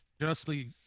justly